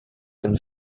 can